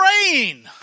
praying